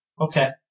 Okay